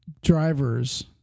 drivers